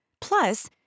Plus